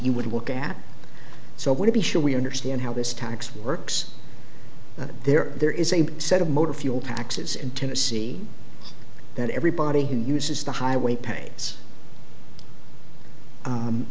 you would look at so want to be sure we understand how this tax works there there is a set of motor fuel taxes in tennessee that everybody who uses the highway paints